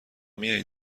میان